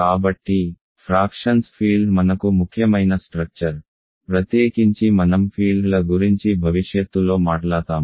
కాబట్టి fractions field మనకు ముఖ్యమైన స్ట్రక్చర్ ప్రత్యేకించి మనం ఫీల్డ్ల గురించి భవిష్యత్తులో మాట్లాతాము